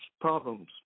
problems